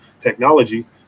technologies